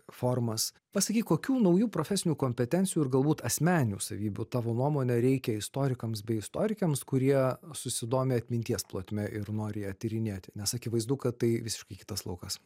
formas pasakyk kokių naujų profesinių kompetencijų ir galbūt asmeninių savybių tavo nuomone reikia istorikams bei istorikėms kurie susidomi atminties plotme ir nori ją tyrinėti nes akivaizdu kad tai visiškai kitas laukas